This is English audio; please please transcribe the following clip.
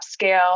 upscale